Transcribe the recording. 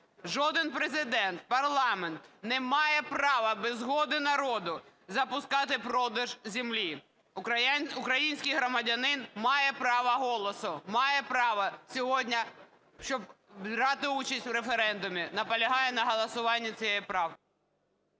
Жоден Президент, парламент не має права без народу запускати продаж землі. Український громадянин має право голосу, має право сьогодні, щоби брати участь ви референдумі, наполягаю на голосуванні цієї правки.